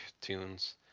tunes